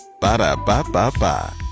Ba-da-ba-ba-ba